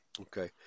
Okay